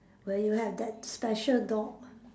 where you have that special door